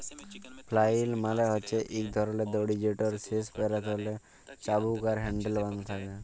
flail মালে হছে ইক ধরলের দড়ি যেটর শেষ প্যারালতে চাবুক আর হ্যাল্ডেল বাঁধা থ্যাকে